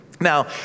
Now